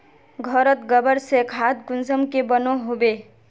घोरोत गबर से खाद कुंसम के बनो होबे?